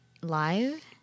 live